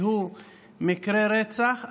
שהוא מקרי הרצח,